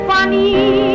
Funny